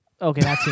Okay